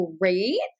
great